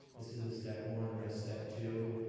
this is a step one or a step two.